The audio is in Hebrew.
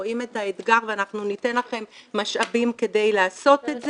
רואים את האתגר ואנחנו ניתן להם משאבים כדי לעשות את זה.